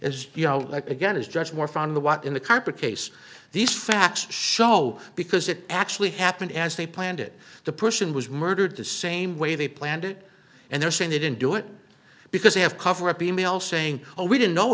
as you know like again is just more fun the walk in the carpet case these facts show because it actually happened as they planned it the person was murdered the same way they planned it and they're saying they didn't do it because they have cover up email saying oh we didn't know